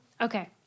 Okay